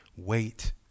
Wait